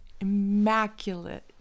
immaculate